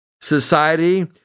society